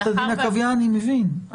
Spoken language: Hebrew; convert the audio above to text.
אני מבין.